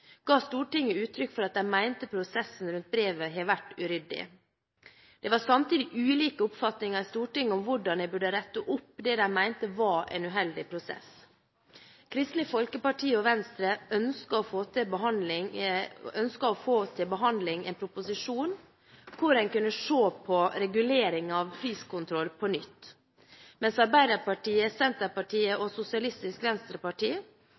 ga Stortinget uttrykk for at de mente prosessen rundt brevet hadde vært uryddig. Det var samtidig ulike oppfatninger i Stortinget om hvordan jeg burde rette opp det de mente var en uheldig prosess. Kristelig Folkeparti og Venstre ønsket å få til behandling en proposisjon hvor en kunne se på reguleringen av priskontrollen på nytt, mens Arbeiderpartiet, Senterpartiet og Sosialistisk Venstreparti